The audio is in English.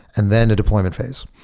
and then a deployment phase.